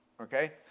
Okay